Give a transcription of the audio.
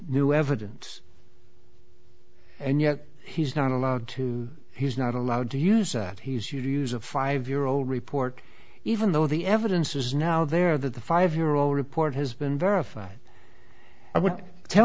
new evidence and yet he's not allowed to he's not allowed to use that he has use of five year old report even though the evidence is now there that the five year old report has been verified i would tell